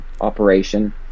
operation